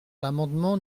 l’amendement